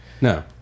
No